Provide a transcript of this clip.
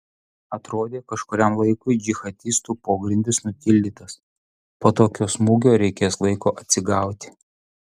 atrodė kažkuriam laikui džihadistų pogrindis nutildytas po tokio smūgio reikės laiko atsigauti